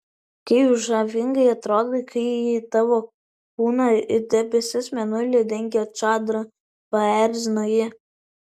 kaip žavingai atrodai kai tavo kūną it debesis mėnulį dengia čadra paerzino ji